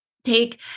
take